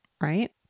right